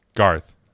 Garth